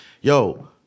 yo